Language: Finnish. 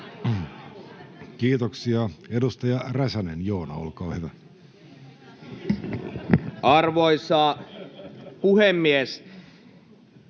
Kiitoksia. — Edustaja Räsänen, Joona, olkaa hyvä. [Speech